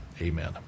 Amen